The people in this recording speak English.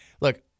look